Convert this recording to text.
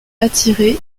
attiré